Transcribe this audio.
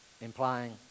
implying